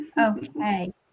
Okay